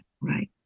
right